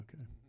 Okay